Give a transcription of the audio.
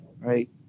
right